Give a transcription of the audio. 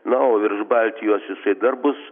na o virš baltijos jisai dar bus